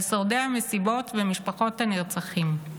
על שורדי המסיבות ומשפחות הנרצחים.